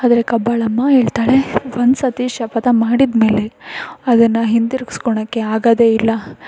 ಆದರೆ ಕಬ್ಬಾಳಮ್ಮ ಹೇಳ್ತಾಳೆ ಒಂದು ಸರ್ತಿ ಶಪಥ ಮಾಡಿದ ಮೇಲೆ ಅದನ್ನು ಹಿಂತಿರ್ಗ್ಸ್ಕೋಳಕ್ಕೆ ಆಗೋದೇ ಇಲ್ಲ